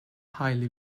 highly